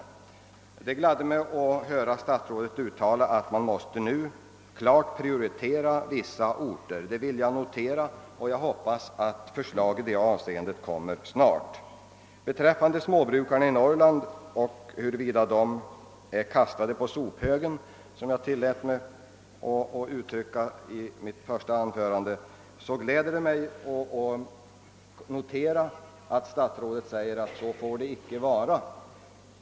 Det gladde mig att höra statsrådet uttala att man nu måste klart prioritera vissa orter. Det vill jag notera, och iag hoppas att förslag i det avseendet kommer snart. Det gläder mig att statsrådet sade att småbrukarna i Norrland icke får kastas på sophögen.